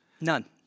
None